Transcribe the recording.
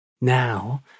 Now